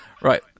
Right